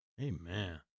Amen